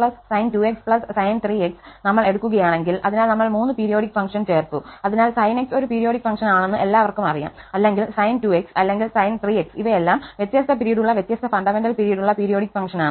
sin 2x sin 3x നമ്മൾ എടുക്കുകയാണെങ്കിൽ അതിനാൽ നമ്മൾ 3 പീരിയോഡിക് ഫംഗ്ഷൻ ചേർത്തു അതിനാൽ sin x ഒരു പീരിയോഡിക് ഫംഗ്ഷൻ ആണെന്ന് എല്ലാവർക്കും അറിയാം അല്ലെങ്കിൽ sin 2x അല്ലെങ്കിൽ sin 3x ഇവയെല്ലാം വ്യത്യസ്ത പിരീഡുള്ള വ്യത്യസ്ത ഫണ്ടമെന്റൽ പിരീഡ് ഉള്ള പീരിയോഡിക് ഫംഗ്ഷനാണ്